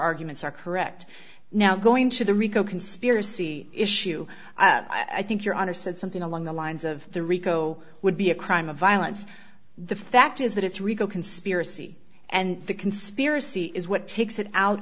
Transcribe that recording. arguments are correct now going to the rico conspiracy issue i think your honor said something along the lines of the rico would be a crime of violence the fact is that it's rico conspiracy and the conspiracy is what takes it out